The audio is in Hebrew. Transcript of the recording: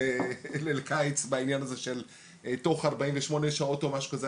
ליל קיץ בעניין הזה של תוך 48 שעות או משהו כזה,